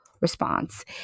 response